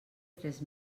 tres